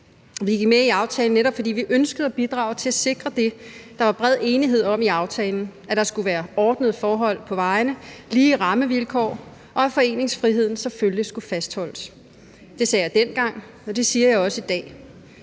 Vi gik med i aftalen, netop fordi vi ønskede at bidrage til at sikre det, der var bred enighed om i aftalen, nemlig at der skulle være ordnede forhold på vejene, lige rammevilkår, og at foreningsfriheden selvfølgelig skulle fastholdes – det sagde jeg dengang, og det siger jeg også i dag,